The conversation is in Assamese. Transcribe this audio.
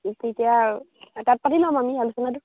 তেতিয়া আৰু তাত পাতি ল'ম আমি আলোচনাটো